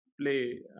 play